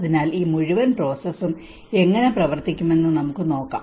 അതിനാൽ ഈ മുഴുവൻ പ്രോസസും എങ്ങനെ പ്രവർത്തിക്കുമെന്ന് നമുക്ക് നോക്കാം